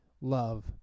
love